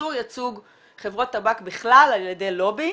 איסור ייצוג חברות טבק בכלל על ידי לובי,